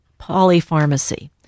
polypharmacy